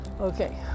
Okay